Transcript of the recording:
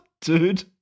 Dude